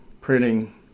printing